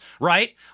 Right